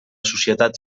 societat